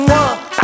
one